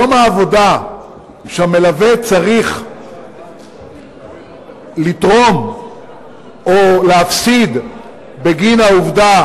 יום העבודה שהמלווה צריך לתרום או להפסיד בגין העובדה